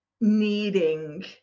needing